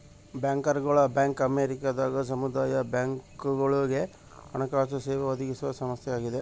ಬ್ಯಾಂಕರ್ಗಳ ಬ್ಯಾಂಕ್ ಅಮೇರಿಕದಾಗ ಸಮುದಾಯ ಬ್ಯಾಂಕ್ಗಳುಗೆ ಹಣಕಾಸು ಸೇವೆ ಒದಗಿಸುವ ಸಂಸ್ಥೆಯಾಗದ